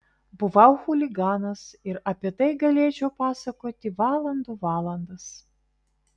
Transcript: buvau chuliganas ir apie tai galėčiau pasakoti valandų valandas